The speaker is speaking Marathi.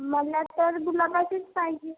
मला तर गुलाबाचीच पाहिजे